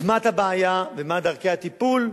עוצמת הבעיה ומה דרכי הטיפול,